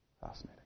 Fascinating